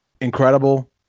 Incredible